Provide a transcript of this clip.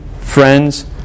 friends